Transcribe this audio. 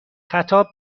خطاب